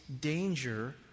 danger